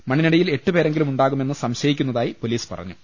മണ്ണിനടിയിൽ എട്ടുപേരെ ങ്കിലും ഉണ്ടാകുമെന്ന് സംശയിക്കുന്നതായി പൊലീസ് പറഞ്ഞു